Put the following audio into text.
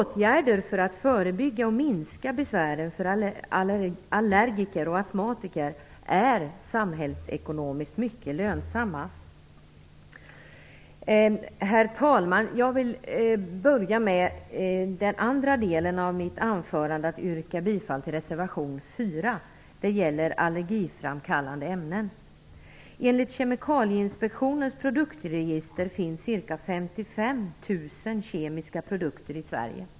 Åtgärder för att förebygga och minska besvären för allergiker och astmatiker är samhällsekonomiskt mycket lönsamma. Herr talman! Jag vill inleda den andra delen av mitt anförande med att yrka bifall till reservation 4. Enligt Kemikalieinspektionens produktregister finns ca 55 000 kemiska produkter i Sverige.